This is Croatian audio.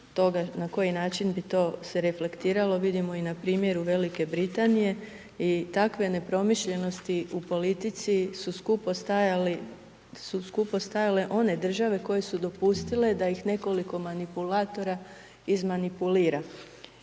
na koji način bi to se reflektiralo, vidimo i na primjeru Velike Britanije i takve nepromišljenosti u politici su skupo stajale one države koje su dopustile da ih nekoliko manipulatora izmanipulira